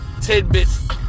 tidbits